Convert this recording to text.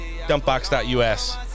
dumpbox.us